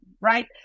right